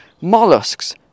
mollusks